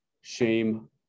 shame